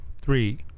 three